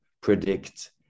predict